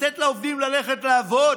לתת לעובדים ללכת לעבוד.